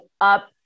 up